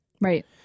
Right